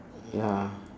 ya